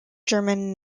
german